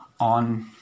on